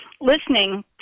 listening